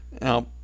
Now